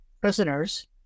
prisoners